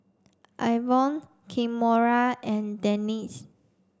Ivonne Kimora and Denese